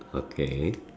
okay